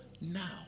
now